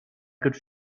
could